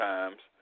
Times